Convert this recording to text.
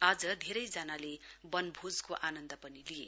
आज धेरैजनाले वनभोजको आनन्द पनि लिए